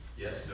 Yes